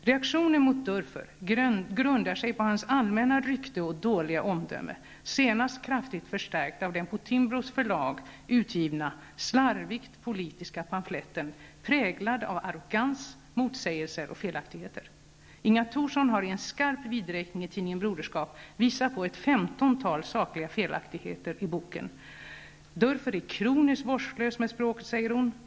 Reaktionen mot Dörfer grundar sig på hans allmänna rykte och dåliga omdöme, senast kraftigt förstärkt av den på Timbros förlag utgivna, slarviga politiska pamfletten, präglad av arrogans, motsägelser och felaktigheter. Inga Thorsson har i en skarp vidräkning i tidningen Broderskap visat på ett femtontal sakliga felaktigheter i boken. Dörfer är kroniskt vårdslös med språket, säger hon.